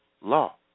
law